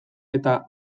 eta